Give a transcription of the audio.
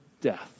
death